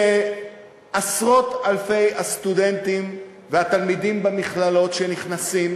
שעשרות-אלפי הסטודנטים והתלמידים במכללות, שנכנסים